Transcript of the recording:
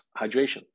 hydration